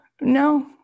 No